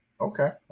Okay